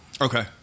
okay